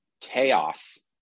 chaos